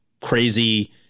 crazy